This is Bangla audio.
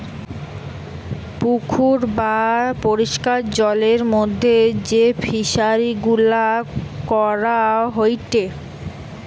পুকুর বা পরিষ্কার জলের মধ্যে যেই ফিশারি গুলা করা হয়টে